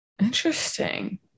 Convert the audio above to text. Interesting